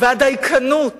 והדייקנות